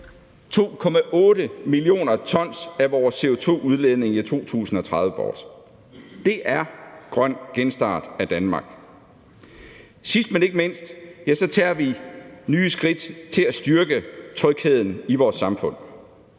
2,8 mio. t af vores CO2-udledning i 2030 bort. Det er grøn genstart af Danmark. Sidst, men ikke mindst, tager vi nye skridt til at styrke trygheden i vores samfund.